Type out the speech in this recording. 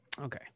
Okay